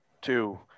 two